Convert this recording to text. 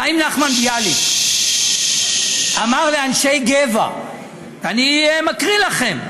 חיים נחמן ביאליק אמר לאנשי גבע, ואני מקריא לכם,